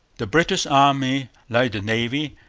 the british army, like the navy,